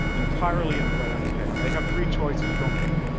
entirely in iran's hand. they have three choices, don't they?